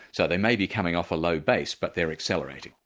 so they may be coming off a low base, but they're accelerating,